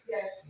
Yes